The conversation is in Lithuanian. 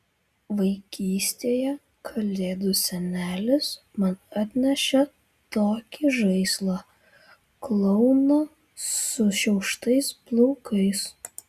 vaikystėje kalėdų senelis man atnešė tokį žaislą klouną sušiauštais plaukais